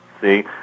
See